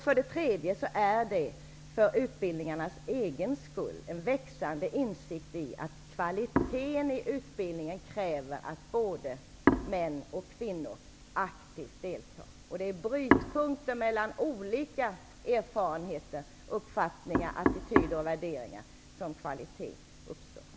För det tredje finns det en växande insikt om att kvaliteten i utbildningen kräver att både män och kvinnor aktivt deltar. Det är i brytpunkten mellan olika erfarenheter, uppfattningar, attityder och värderingar som kvalitet uppstår.